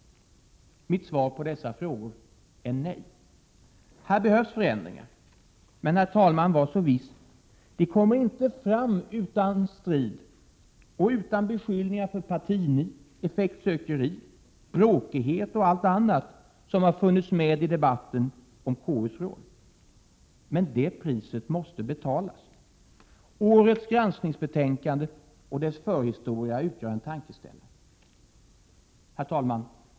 Mitt svar på dessa frågor är nej. Här behövs förändringar. Men, herr talman, var så viss, de kommer inte fram utan strid och utan beskyllningar för partinit, effektsökeri, bråkighet och allt annat som funnits med i debatten om KU:s roll. Men det priset måste betalas. Årets granskningsbetänkande och dess förhistoria utgör en tankeställare. Herr talman!